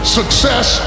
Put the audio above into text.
success